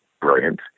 Brilliant